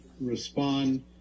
respond